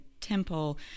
temple